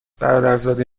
برادرزاده